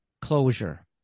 closure